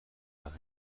bat